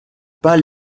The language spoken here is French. pas